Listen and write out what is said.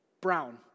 brown